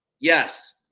Yes